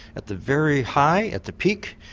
at the very high, at the peak,